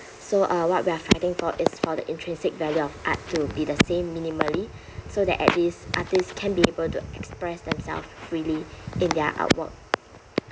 so uh what we're fighting for is for the intrinsic value of art to be the same minimally so that at least artists can be able to express themselves freely in their artwork